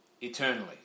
eternally